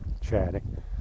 chatting